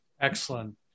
Excellent